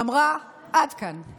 ואמרה: עד כאן.